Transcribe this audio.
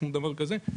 לשום דבר כזה.